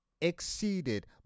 exceeded